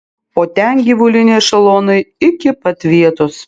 o ten gyvuliniai ešelonai iki pat vietos